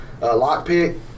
lockpick